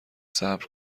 صبر